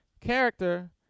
Character